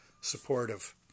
supportive